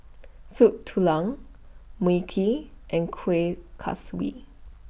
Soup Tulang Mui Kee and Kueh Kaswi